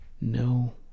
No